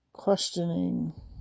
questioning